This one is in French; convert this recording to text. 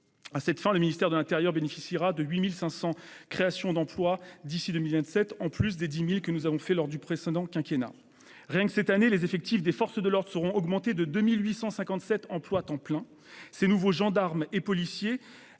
À cette fin, le ministère de l'intérieur bénéficiera de 8 500 créations d'emploi d'ici à 2027- en plus des 10 000 emplois que nous avons créés lors du précédent quinquennat. Rien que cette année, les effectifs des forces de l'ordre seront augmentés de 2 857 emplois à temps plein. Ces nouveaux gendarmes et policiers